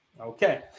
Okay